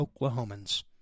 Oklahomans